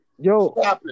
Yo